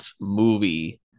movie